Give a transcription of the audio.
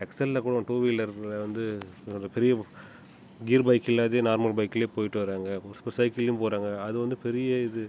எக்ஸ்எல்லில் கூட ஒரு டூ வீலரில் வந்து பெரிய கீர் பைக் இல்லாத நார்மல் பைக்கிலேயே போய்ட்டு வராங்க ஒரு சில பேர் சைக்கிள்லையும் போகிறாங்க அது வந்து பெரிய இது